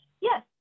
yes